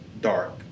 dark